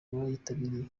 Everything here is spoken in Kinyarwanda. bayitabiriye